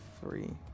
three